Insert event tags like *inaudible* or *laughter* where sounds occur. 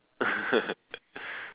*laughs*